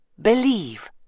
believe